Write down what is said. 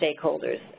stakeholders